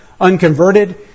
unconverted